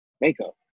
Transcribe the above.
makeup